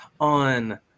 on